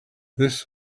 this